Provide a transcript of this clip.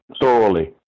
thoroughly